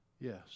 yes